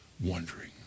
wondering